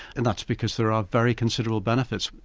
and that's because there are very considerable benefits.